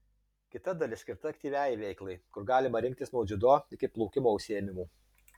kita dalis skirta aktyviajai veiklai kur galima rinktis nuo dziudo iki plaukimo užsiėmimų